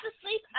asleep